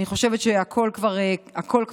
אני חושבת שהכול כבר כשר.